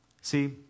See